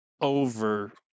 over